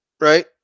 right